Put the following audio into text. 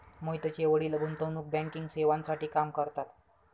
मोहितचे वडील गुंतवणूक बँकिंग सेवांसाठी काम करतात